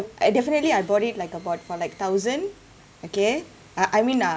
I definitely I bought it like about for like thousand okay uh I mean uh